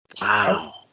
wow